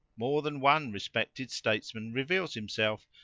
more than one respected statesman reveals himself,